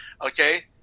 okay